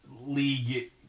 league –